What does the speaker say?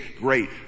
great